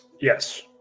Yes